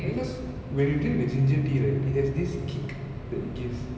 because when you drink the ginger tea right it has this kick that it gives